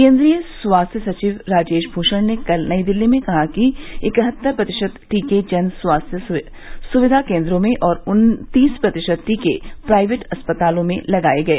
केन्द्रीय स्वास्थ्य सचिव राजेश भूषण ने कल नई दिल्ली में कहा कि इकहत्तर प्रतिशत टीके जन स्वास्थ्य सुविधा केंद्रों में और उत्तीस प्रतिशत टीके प्राइवेट अस्पतालों में लगाए गए